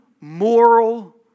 moral